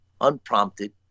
unprompted